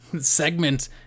segment